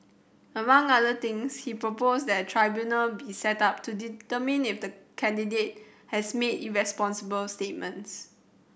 among other things he proposed that a tribunal be set up to determine if the candidate has made irresponsible statements